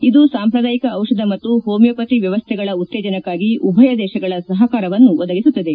ಇದು ಸಾಂಪ್ರದಾಯಿಕ ಔಷಧ ಮತ್ತು ಹೋಮಿಯೋಪತಿ ವ್ಯವಸ್ಥೆಗಳ ಉತ್ತೇಜನಕ್ಕಾಗಿ ಉಭಯ ದೇಶಗಳ ಸಪಕಾರವನ್ನು ಒದಗಿಸುತ್ತದೆ